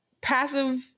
passive